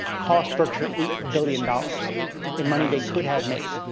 cost berkshire eight billion dollars in money they could have made.